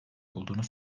olduğunu